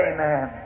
Amen